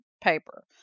paper